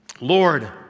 Lord